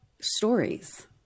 stories